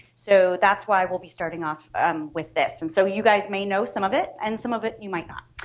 so that's why we'll be starting off with this. and so you guys may know some of it, and some of it you might not.